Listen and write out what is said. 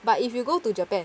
but if you go to japan